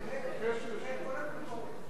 כל הכבוד.